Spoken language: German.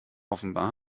offenbar